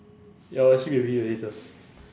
ya I'll actually be a video editor